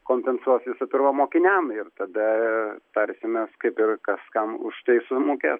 kompensuos visų pirma mokiniam ir tada tarsimės kaip ir kas kam už tai sumokės